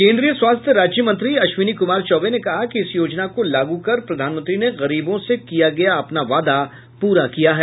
केन्द्रीय स्वास्थ्य राज्य मंत्री अश्विनी कुमार चौबे ने कहा कि इस योजना को लागू कर प्रधानमंत्री ने गरीबों से किया गया अपना वादा पूरा किया है